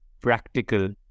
practical